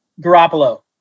Garoppolo